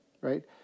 right